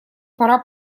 пора